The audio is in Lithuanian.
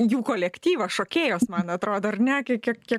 jų kolektyvo šokėjos man atrodo ar ne kiek kiek kiek